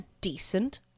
decent